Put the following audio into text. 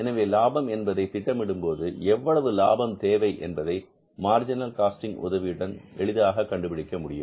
எனவே லாபம் என்பதை திட்டமிடும்போது எவ்வளவு லாபம் தேவை என்பதை மார்ஜினல் காஸ்டிங் உதவியுடன் எளிதாக கண்டுபிடிக்க முடியும்